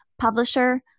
publisher